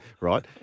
Right